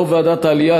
יושב-ראש ועדת העלייה,